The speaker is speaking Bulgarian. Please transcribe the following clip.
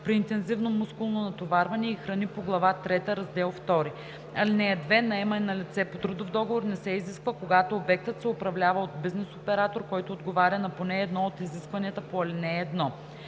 при интензивно мускулно натоварване и храни по глава трета, раздел II. (2) Наемане на лице по трудов договор не се изисква, когато обектът се управлява от бизнес оператор, който отговаря на поне едно от изискванията по ал. 1.“